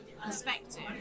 perspective